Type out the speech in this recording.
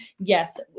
Yes